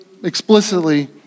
explicitly